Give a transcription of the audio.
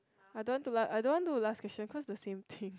I don't want to lah I don't want do last question cause the same thing